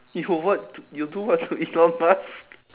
you'll what you'll do what to elon musk